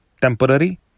temporary